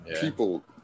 people